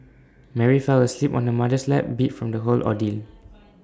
Mary fell asleep on her mother's lap beat from the whole ordeal